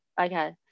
okay